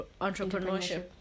entrepreneurship